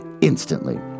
instantly